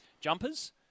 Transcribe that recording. jumpers